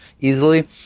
easily